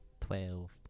Twelve